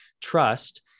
trust